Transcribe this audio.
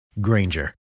Granger